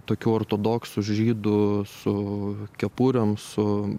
tokių ortodoksų žydų su kepurėm su